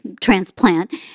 transplant